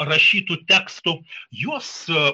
rašytų tekstų juos